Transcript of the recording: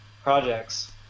Projects